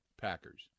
Packers